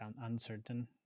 uncertain